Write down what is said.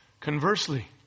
Conversely